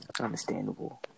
understandable